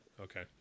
Okay